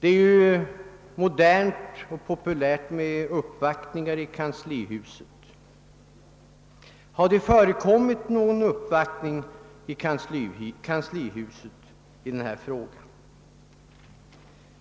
Det är ju modernt och populärt med uppvaktningar i kanslihuset. Har det förekommit någon uppvaktning i kanslihuset i den här frågan?